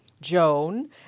Joan